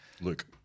Luke